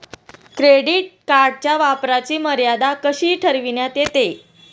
Credit कार्डच्या वापराची मर्यादा कशी ठरविण्यात येते?